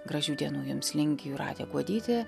gražių dienų jums linki jūratė kuodytė